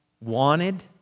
wanted